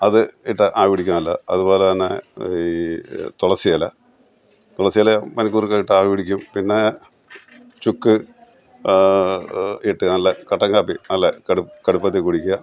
അത് ഇട്ട് ആവിപിടിക്കുന്നത് നല്ലതാണ് അതുപോലെതന്നെ ഈ തുളസിയില തുളസിയില പനികൂർക്കയിട്ട് ആവിപിടിക്കും പിന്നെ ചുക്ക് ഇട്ട് നല്ല കട്ടൻകാപ്പി നല്ല കടുപ്പത്തിൽ കുടിക്കുക